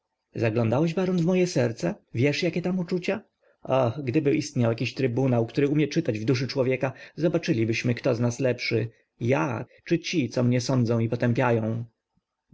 baron w moje serce wiesz jakie tam uczucia o gdyby istniał jakiś trybunał który umie czytać w duszy człowieka zobaczylibyśmy kto z nas lepszy ja czy ci co mnie sądzą i potępiają